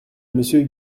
monsieur